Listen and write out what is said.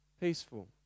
peaceful